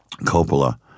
Coppola